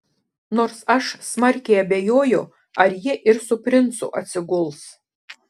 nors aš smarkiai abejoju ar ji ir su princu atsiguls